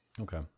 Okay